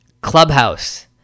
Clubhouse